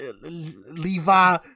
Levi